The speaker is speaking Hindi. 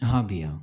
हाँ भैया